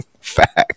Fact